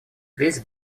весь